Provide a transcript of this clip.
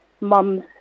mums